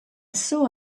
saw